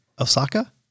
Osaka